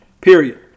period